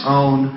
own